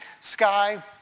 sky